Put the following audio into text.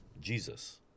Jesus